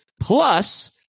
plus